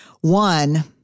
One